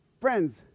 Friends